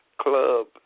Club